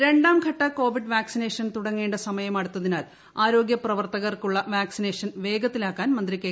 ശൈലജ രണ്ടാംഘട്ട Covid vaccination തുടങ്ങേണ്ട സമയം അടുത്തതിനാൽ ആരോഗ്യ പ്രവർത്തകർക്കുള്ള വാക്സിനേഷൻ വേഗത്തിലാക്കാൻ മന്ത്രി കെ